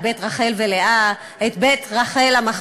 את בית רחל ולאה ואת מערת המכפלה.